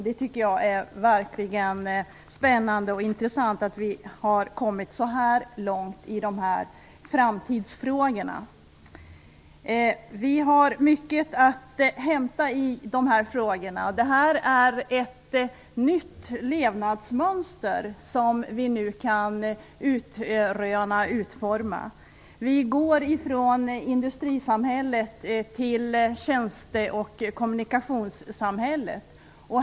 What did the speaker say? Det är verkligen spännande att vi har kommit så här långt i dessa framtidsfrågor. Vi har mycket att hämta i de här frågorna. Det är ett nytt levnadsmönster som vi nu kan utröna och utforma. Vi går från industrisamhället till tjänste och kommunikationssamhället.